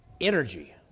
energy